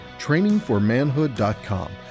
trainingformanhood.com